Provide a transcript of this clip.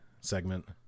segment